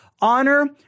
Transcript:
Honor